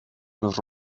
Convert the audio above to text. los